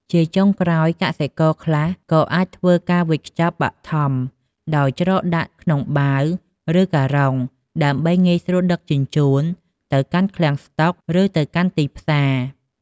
ជាចុងក្រោយ កសិករខ្លះក៏អាចធ្វើ ការវេចខ្ចប់បឋម ដោយច្រកដាក់ក្នុងបាវ ឬការុង ដើម្បីងាយស្រួលដឹកជញ្ជូនទៅកាន់ឃ្លាំងស្តុក ឬទៅកាន់ទីផ្សារ។